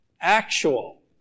actual